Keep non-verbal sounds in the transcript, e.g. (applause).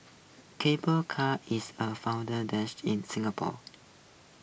(unintelligible) car is A (unintelligible) dish in Singapore